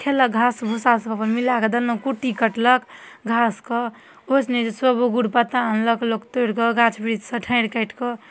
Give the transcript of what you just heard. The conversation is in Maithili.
खेलक घास भूसा सब अपन मिलाकऽ देलहुॅं कुटी कटलक घासके ओहो सँ नहि होइ छै सब गुरपत्ता अनलक लोक तोरि कऽ गाछ वृक्ष सँ ठारि काटि कऽ